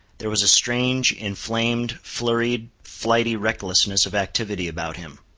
there was a strange, inflamed, flurried, flighty recklessness of activity about him.